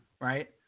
right